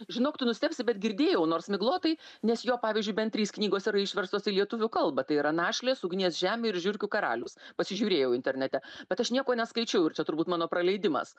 žinok tu nustebsi bet girdėjau nors miglotai nes jo pavyzdžiui bent trys knygos yra išverstos į lietuvių kalbą tai yra našlės ugnies žemė ir žiurkių karalius pasižiūrėjau internete bet aš nieko neskaičiau ir čia turbūt mano praleidimas